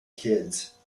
kids